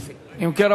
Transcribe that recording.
אם כן,